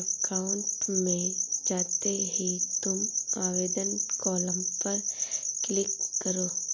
account में जाते ही तुम आवेदन कॉलम पर क्लिक करो